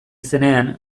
zenean